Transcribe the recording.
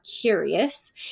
curious